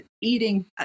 eating